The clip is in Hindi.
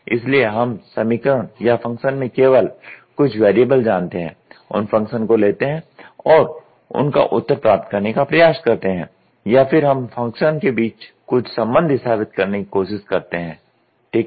इसलिए हम समीकरण या फ़ंक्शन में केवल कुछ वेरिएबल जानते हैं उन फ़ंक्शन को लेते हैं और उनका उत्तर प्राप्त करने का प्रयास करते हैं या फिर हम फ़ंक्शन के बीच कुछ संबंध स्थापित करने की कोशिश करते हैं ठीक है